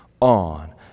on